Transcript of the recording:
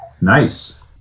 nice